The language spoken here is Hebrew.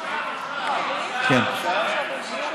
עכשיו.